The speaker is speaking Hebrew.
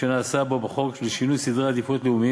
שנעשה בו בחוק לשינוי סדרי עדיפויות לאומיים